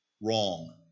Wrong